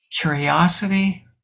curiosity